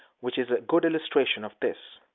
which is a good illustration of this.